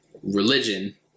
Religion